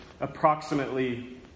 approximately